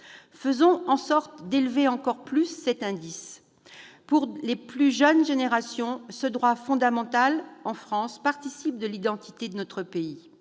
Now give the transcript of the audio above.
Faisons en sorte d'élever encore plus cet indice ! Pour les plus jeunes générations, ce droit, fondamental en France, participe de l'identité de notre pays.